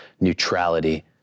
neutrality